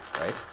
Right